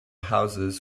houses